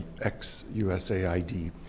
ex-USAID